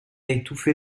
étouffer